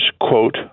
quote